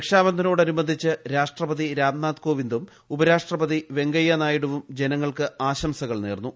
രക്ഷാബന്ധനോട നുബന്ധിച്ച് രാഷ്ട്രപതി രാംനാഥ് കോവിന്ദും ഉപരാഷ്ട്രപതി വെങ്കയനാ യിഡുവും ജനങ്ങൾക്ക് ആശംസകൾ നേർന്നു